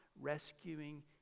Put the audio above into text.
rescuing